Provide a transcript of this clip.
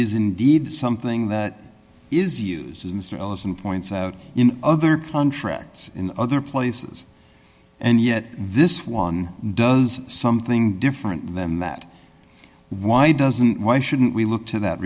is indeed something that is used as mr ellison points out in other contracts in other places and yet this one does something different then that why doesn't why shouldn't we look to that